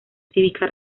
cívica